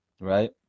Right